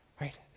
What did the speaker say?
right